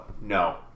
no